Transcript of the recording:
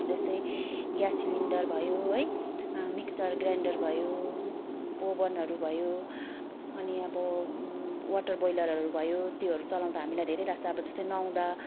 जस्तै gas cylinder भयो है मिक्सर ग्राइन्डर भयो ओभनहरू भयो अनि अब वाटर बोयलरहरू भयो तीहरू चलाउँदा हामीलाई धेरै लाग्छ अब जस्तो नुहाउँदा